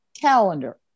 calendar